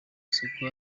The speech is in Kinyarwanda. isuku